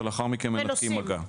ולאחר מכן מנתקים מגע.